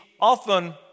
often